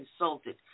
insulted